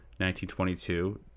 1922